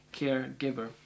caregiver